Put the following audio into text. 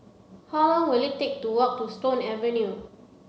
how long will it take to walk to Stone Avenue